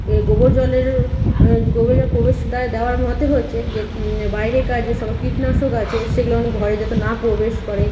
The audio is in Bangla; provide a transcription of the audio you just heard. এ গোবর জলের গোবর জল প্রবেশদ্বারে দেওয়ার মতে হচ্ছে যে বাইরের কাজে কীটনাশক আছে সেগুলো ঘরে যাতে না প্রবেশ করে